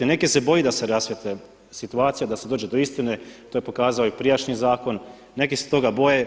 Neki se boje da se rasvijetli situacija, da se dođe do istine, to je pokazao i prijašnji zakon, neki se toga boje.